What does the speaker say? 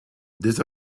this